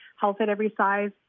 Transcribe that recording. health-at-every-size